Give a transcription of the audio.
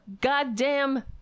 goddamn